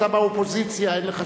אתה באופוזיציה, אין לך שום בעיה.